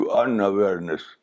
unawareness